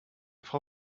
frau